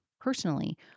personally